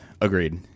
agreed